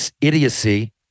idiocy